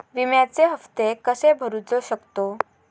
विम्याचे हप्ते कसे भरूचो शकतो?